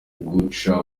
guca